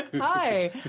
Hi